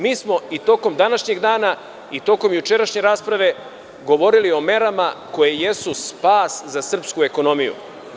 Mi smo i tokom današnjeg dana i tokom jučerašnje rasprave govorili o merama koje jesu spas za srpsku ekonomiju.